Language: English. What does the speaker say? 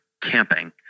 camping